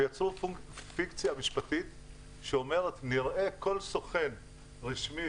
ויצרו פיקציה משפטית שאומרת: נראה כל סוכן רשמי